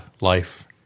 life